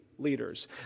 leaders